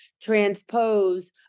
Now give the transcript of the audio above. transpose